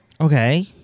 Okay